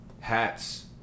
Hats